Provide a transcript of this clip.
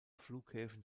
flughäfen